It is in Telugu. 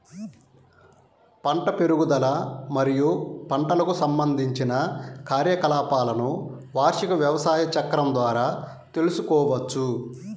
పంట పెరుగుదల మరియు పంటకు సంబంధించిన కార్యకలాపాలను వార్షిక వ్యవసాయ చక్రం ద్వారా తెల్సుకోవచ్చు